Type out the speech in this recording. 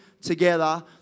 together